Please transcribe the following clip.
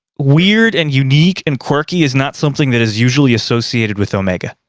weird and unique and quirky is not something that is usually associated with omega.